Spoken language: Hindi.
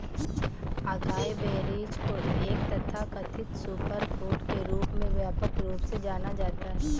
अकाई बेरीज को एक तथाकथित सुपरफूड के रूप में व्यापक रूप से जाना जाता है